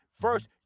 First